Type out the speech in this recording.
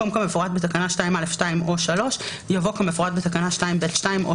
"כמפורט בתקנה 2(א)(2) או (3)" יבוא "כמפורט בתקנה 2(ב)(2) או